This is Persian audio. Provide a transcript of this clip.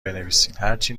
بنویسین، هرچی